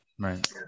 right